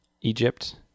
Egypt